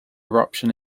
eruption